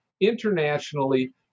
internationally